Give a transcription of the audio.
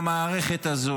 מה שקורה עם המערכת הזאת,